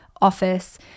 office